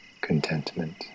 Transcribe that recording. contentment